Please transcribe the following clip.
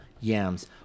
yams